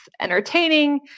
entertaining